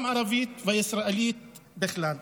גם הערבית וגם הישראלית בכלל.